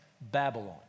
Babylon